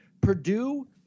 Purdue